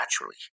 naturally